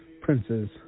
Princes